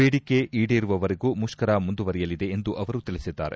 ಬೇಡಿಕೆ ಈಡೇರುವವರೆಗೂ ಮುಷ್ಕರ ಮುಂದುವರೆಯಲಿದೆ ಎಂದು ಅವರು ತಿಳಿಸಿದ್ದಾರೆ